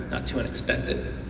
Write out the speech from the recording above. too unexpected.